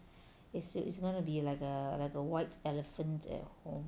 it's it's gonna be like a like a white elephant at home